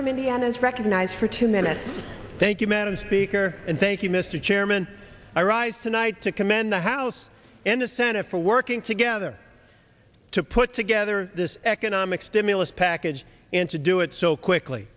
from indiana is recognized for two minutes thank you madam speaker and thank you mr chairman i rise tonight to commend the house and the senate for working together to put together this economic stimulus package and to do it so quickly